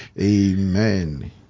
amen